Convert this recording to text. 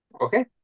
Okay